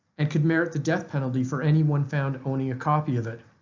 and could merit the death penalty for anyone found owning a copy of it